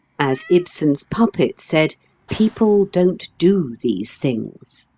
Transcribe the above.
as ibsen's puppet said people don't do these things.